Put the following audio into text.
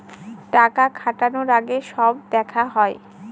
টাকা খাটানোর আগে সব দেখা হয়